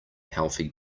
healthy